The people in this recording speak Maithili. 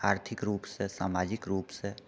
आर्थिक रूपसँ सामाजिक रूपसँ